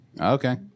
Okay